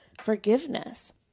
forgiveness